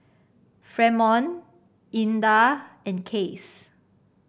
Fremont Ina and Case